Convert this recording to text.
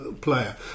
player